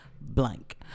Blank